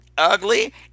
Ugly